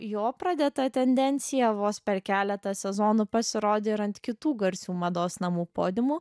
jo pradėta tendencija vos per keletą sezonų pasirodė ir ant kitų garsių mados namų podiumų